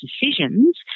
decisions